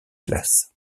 classes